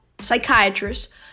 psychiatrist